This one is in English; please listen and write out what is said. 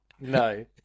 No